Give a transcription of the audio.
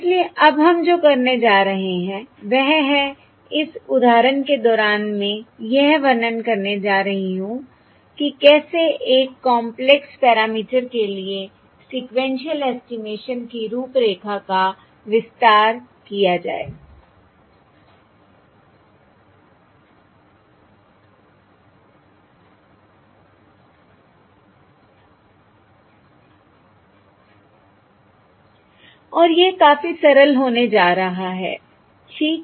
इसलिए अब हम जो करने जा रहे हैं वह है इस उदाहरण के दौरान मैं यह वर्णन करने जा रही हूं कि कैसे एक कॉंपलेक्स पैरामीटर के लिए सीक्वेन्शिअल एस्टिमेशन की रूपरेखा का विस्तार किया जाए और यह काफी सरल होने जा रहा है ठीक